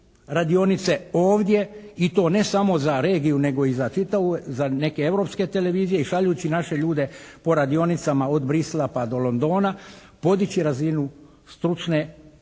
radionice ovdje i to ne samo za regiju nego i za čitavu, za neke europske televizije i šaljući naše ljude po radionicama od Bruxellesa pa do Londona, podići razinu stručne,